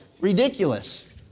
ridiculous